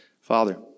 Father